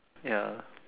ya